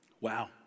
Wow